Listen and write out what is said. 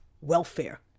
Welfare